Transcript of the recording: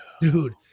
Dude